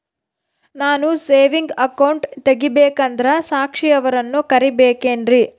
ನಾನು saving account ತೆಗಿಬೇಕಂದರ ಸಾಕ್ಷಿಯವರನ್ನು ಕರಿಬೇಕಿನ್ರಿ?